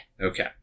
Okay